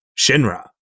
Shinra